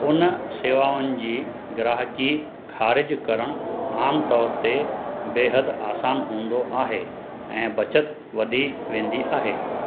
उन सेवाउनि जी ग्राहकी ख़ारिजु करणु आम तौर ते बेहदि आसान हूंदो आहे ऐं बचति वधी वेंदी आहे